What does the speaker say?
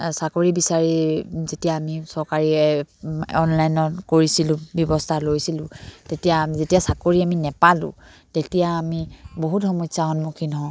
চাকৰি বিচাৰি যেতিয়া আমি চৰকাৰী অনলাইনত কৰিছিলোঁ ব্যৱস্থা লৈছিলোঁ তেতিয়া যেতিয়া চাকৰি আমি নেপালোঁ তেতিয়া আমি বহুত সমস্যাৰ সন্মুখীন হওঁ